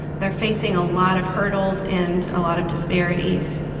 they're facing a lot of hurdles and a lot of disparities.